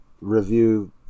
review